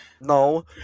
No